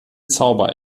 zauber